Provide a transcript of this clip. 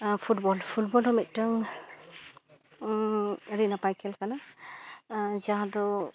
ᱦᱚᱸ ᱢᱤᱫᱴᱟᱝ ᱟᱹᱰᱤ ᱱᱟᱯᱟᱭ ᱠᱷᱮᱹᱞ ᱠᱟᱱᱟ ᱟᱨ ᱡᱟᱦᱟᱸ ᱫᱚ